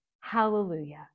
Hallelujah